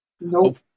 Nope